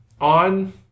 on